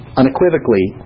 unequivocally